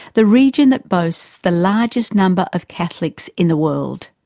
the region that boasts the largest number of catholics in the world.